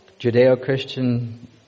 Judeo-Christian